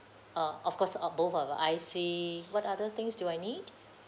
uh of course uh both of our I_C what other things do I need